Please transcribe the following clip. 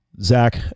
Zach